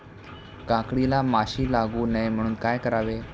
काकडीला माशी लागू नये म्हणून काय करावे?